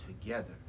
together